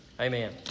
Amen